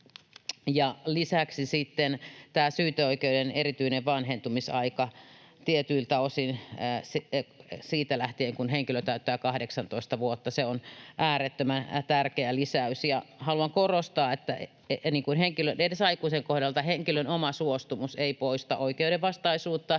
tämä syyteoikeuden erityinen vanhentumisaika tietyiltä osin siitä lähtien, kun henkilö täyttää 18 vuotta. Se on äärettömän tärkeä lisäys. Haluan korostaa, että edes aikuisen kohdalla henkilön oma suostumus ei poista oikeudenvastaisuutta